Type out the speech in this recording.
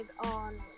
on